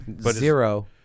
Zero